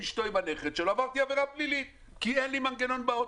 עם אישתו ועם הנכד עברתי עבירה פלילית כי אין לי מנגנון באוטו.